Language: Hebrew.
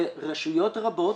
ברשויות רבות